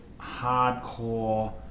hardcore